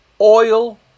oil